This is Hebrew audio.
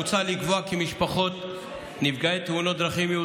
מוצע לקבוע כי משפחות נפגעי תאונות דרכים יהיו